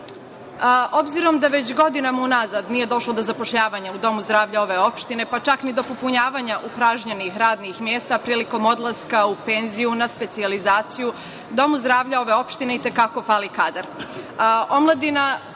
budžeta. Obzirom da već godinama unazad nije došlo do zapošljavanja u domu zdravlja ove opštine, pa čak ni do popunjavanja upražnjenih radnih mesta prilikom odlaska u penziju, na specijalizaciju domu zdravlja ove opštine i te kako fali